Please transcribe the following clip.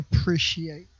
appreciate